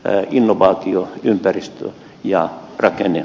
äiti innovaatio ympäristö ja rakenne